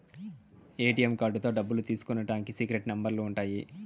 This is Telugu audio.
ఏ.టీ.యం కార్డుతో డబ్బులు తీసుకునికి సీక్రెట్ నెంబర్లు ఉంటాయి